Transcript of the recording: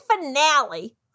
finale